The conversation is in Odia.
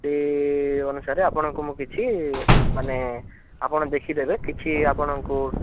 ସେଇ ଅନୁସାରେ ଆପଣଙ୍କୁ ମୁଁ କିଛି ମାନେ ଆପଣ ଦେଖିଦେବେ କିଛି ଆପଣଙ୍କୁ